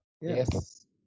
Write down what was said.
Yes